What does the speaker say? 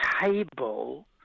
table